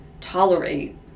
tolerate